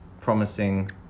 promising